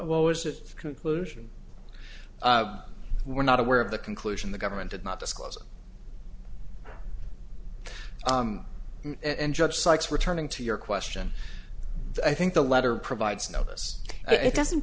what was that conclusion were not aware of the conclusion the government did not disclose and judge sykes returning to your question i think the letter provides notice it doesn't